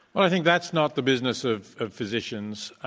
well, i think that's not the business of ah physicians.